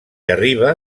arriba